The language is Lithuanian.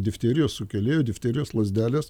difterijos sukėlėjo difterijos lazdelės